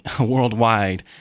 worldwide